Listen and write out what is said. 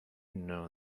know